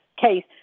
case